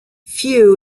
few